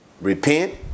repent